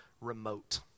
remote